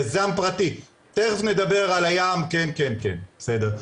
יזם פרטי! תכף נדבר על הים, כן, כן, בסדר.